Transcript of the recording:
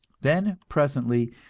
then, presently,